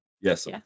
Yes